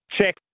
check